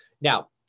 Now